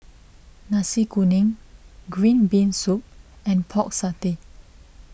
Nasi Kuning Green Bean Soup and Pork Satay